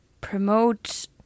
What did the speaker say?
promote